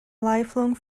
lifelong